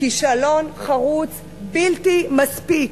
כישלון חרוץ, בלתי מספיק.